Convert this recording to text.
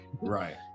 right